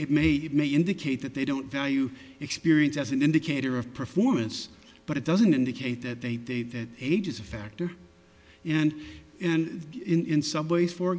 it may it may indicate that they don't value experience as an indicator of performance but it doesn't indicate that they day that age is a factor and and in some ways for